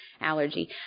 allergy